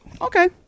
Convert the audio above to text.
Okay